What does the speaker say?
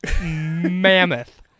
mammoth